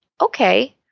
okay